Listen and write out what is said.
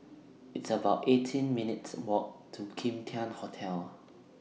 It's about eighteen minutes' Walk to Kim Tian Hotel